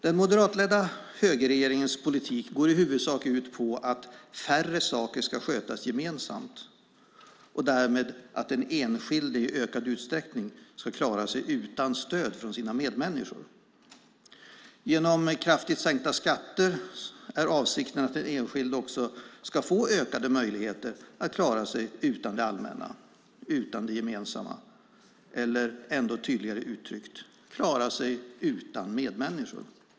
Den moderatledda högerregeringens politik går i huvudsak ut på att färre saker ska skötas gemensamt och att den enskilde därmed i ökad utsträckning ska klara sig utan stöd från sina medmänniskor. Genom kraftigt sänkta skatter är avsikten att den enskilde också ska få ökade möjligheter att klara sig utan det allmänna, utan det gemensamma eller, ändå tydligare uttryckt, utan medmänniskor.